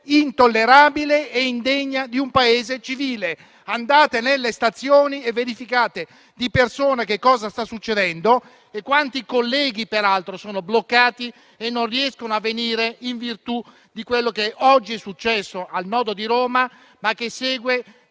intollerabile e indegna di un Paese civile. Andate nelle stazioni e verificate di persona che cosa sta succedendo e quanti colleghi, peraltro, sono bloccati e non riescono a venire a causa di quanto successo oggi al nodo di Roma, ma che segue